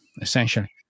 essentially